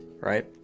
right